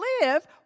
live